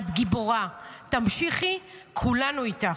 את גיבורה, תמשיכי, כולנו איתך.